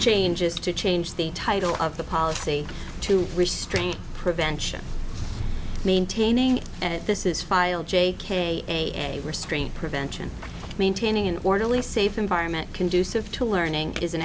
changes to change the title of the policy to restrain prevention maintaining at this is file j k a restraint prevention maintaining an orderly safe environment conducive to learning is an